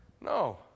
No